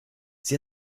sie